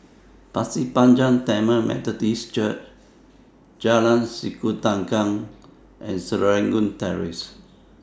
Pasir Panjang Tamil Methodist Church Jalan Sikudangan and Serangoon Terrace